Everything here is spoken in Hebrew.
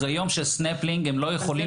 אחרי יום של סנפלינג הם לא יכולים.